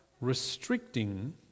restricting